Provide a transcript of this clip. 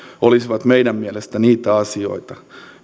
olisivat meidän mielestämme niitä asioita